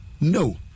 No